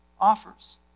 offers